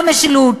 לא משילות,